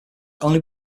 only